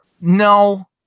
no